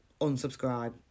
unsubscribe